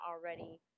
already